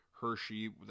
Hershey